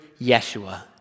Yeshua